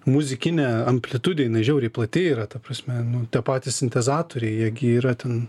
muzikinė amplitudė jinai žiauriai plati yra ta prasme nu tie patys sintezatoriai jie gi yra ten